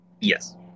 yes